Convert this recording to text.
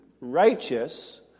righteous